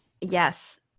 yes